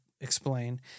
explain